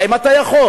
האם אתה יכול?